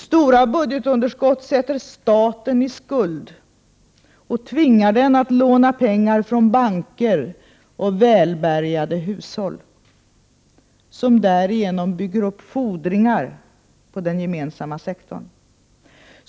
Stora budgetunderskott sätter staten i skuld och tvingar den att låna pengar från banker och välbärgade hushåll, som därigenom bygger upp fordringar på den gemensamma sektorn.